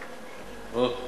אוהו.